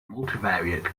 multivariate